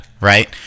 right